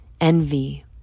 envy